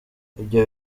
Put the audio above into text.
ibyo